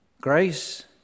grace